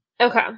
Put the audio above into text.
Okay